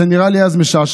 זה נראה לי אז משעשע,